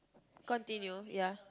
continue ya